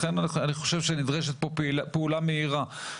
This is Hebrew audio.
לכן אני חושב שנדרשת פה פעולה מהירה.